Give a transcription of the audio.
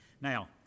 Now